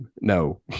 No